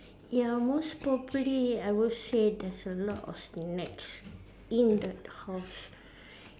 ya most probably I would say there's a lot of snacks in that house